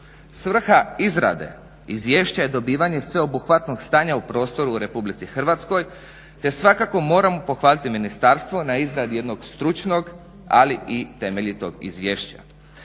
Svrha izrade izvješća je dobivanje sveobuhvatnog stanja u prostoru u Republici Hrvatskoj te svakako moramo pohvaliti ministarstvo na izradi jednog stručnog, ali i temeljitog izvješća.